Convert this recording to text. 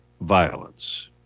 violence